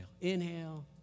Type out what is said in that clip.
Inhale